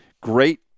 Great